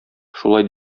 шулай